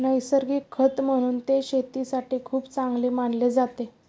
नैसर्गिक खत म्हणून ते शेतीसाठी खूप चांगले मानले जाते